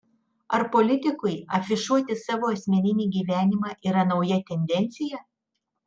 ar politikui afišuoti savo asmeninį gyvenimą yra nauja tendencija